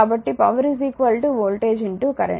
కాబట్టి power voltage current